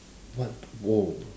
what oh